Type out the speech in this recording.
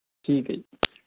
ਠੀਕ ਹੈ ਜੀ